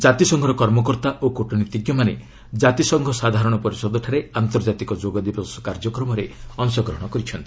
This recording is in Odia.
କାତିସଂଘର କର୍ମକର୍ତ୍ତା ଓ କ୍ରଟନୀତିଜ୍ଞମାନେ କାତିସଂଘ ସାଧାରଣ ପରିଷଦଠାରେ ଆନ୍ତର୍ଜାତିକ ଯୋଗ ଦିବସ କାର୍ଯ୍ୟକ୍ରମରେ ଅଂଶଗ୍ରହଣ କରିଛନ୍ତି